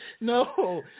No